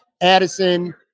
Addison –